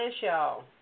y'all